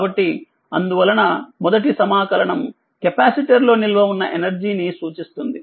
కాబట్టిఅందువలన మొదటి సమాకలనం కెపాసిటర్ లో నిల్వ ఉన్న ఎనర్జీ ని సూచిస్తుంది